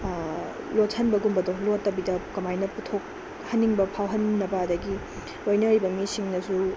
ꯂꯣꯠꯁꯤꯟꯕꯒꯨꯝꯕꯗꯣ ꯂꯣꯠꯇꯕꯤꯗ ꯀꯃꯥꯏꯅ ꯄꯨꯊꯣꯛꯍꯟꯅꯤꯡꯕ ꯐꯥꯎꯍꯟꯕꯗ ꯑꯗꯒꯤ ꯂꯣꯏꯅꯔꯤꯕ ꯃꯤꯁꯤꯡꯅꯁꯨ